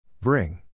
Bring